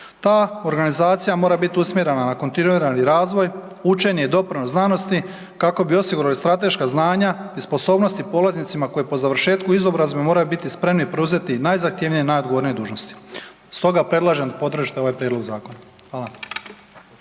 Ta organizacija mora bit usmjerena na kontinuirani razvoj, učenje i doprinos znanosti kako bi osigurali strateška znanja i sposobnosti polaznicima koji po završetku izobrazbe moraju biti spremni preuzeti najzahtjevnije i najodgovornije dužnosti. Stoga predlažem da podržite ovaj prijedlog zakona. Hvala.